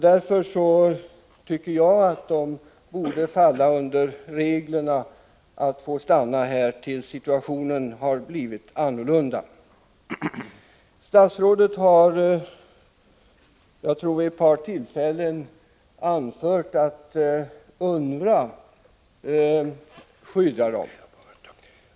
Därför tycker jag att de borde falla under sådana regler att de får stanna här tills situationen har blivit annorlunda. Statsrådet har — vid ett par tillfällen, tror jag — anfört att UNRWA skyddar palestinierna.